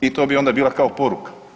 I to bi onda bila kao poruka.